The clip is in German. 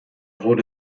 wurde